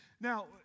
now